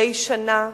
מדי שנה,